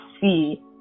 see